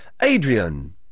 Adrian